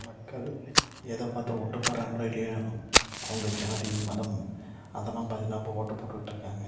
மக்கள் எதப்பார்த்து ஓட்டு போடுகிறாங்களோ இல்லையே அவங்க ஜாதி மதம் அதெல்லாம் பார்த்து தான் இப்போ ஓட்டு போட்டுட்ருக்காங்க